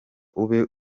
ube